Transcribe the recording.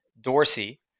Dorsey